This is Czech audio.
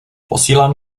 posílám